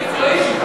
אמרת מקצועית?